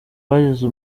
bageze